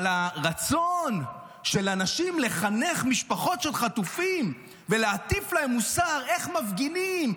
אבל הרצון של אנשים לחנך משפחות של חטופים ולהטיף להן מוסר איך מפגינים,